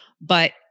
but-